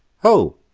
ho,